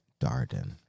Darden